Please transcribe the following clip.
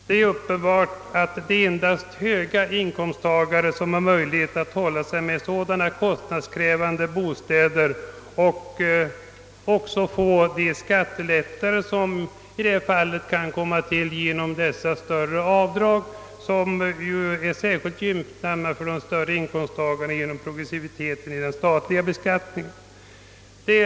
Det är uppenbart att det endast är stora inkomsttagare som har möjlighet att hålla sig med så kostnadskrävande bostäder att de får möjlighet att åtnjuta de skattelättnader som åstadkommes genom dessa större avdrag, som ju är särskilt gynnsamma för de större inkomsttagarna på grund av progressiviteten i den statliga beskattningen.